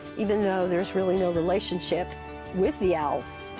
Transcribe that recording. even though there is really no relationship with the owls.